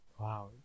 Wow